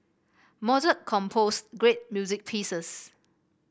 Mozart composed great music pieces